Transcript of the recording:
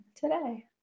today